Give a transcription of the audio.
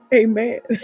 amen